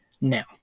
Now